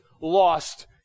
lost